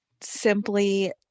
simply